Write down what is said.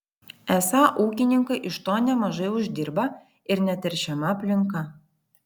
esą ūkininkai iš to nemažai uždirba ir neteršiama aplinka